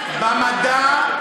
במדע.